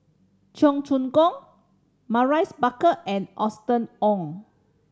Cheong Choong Kong Maurice Baker and Austen Ong